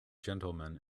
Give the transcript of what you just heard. gentleman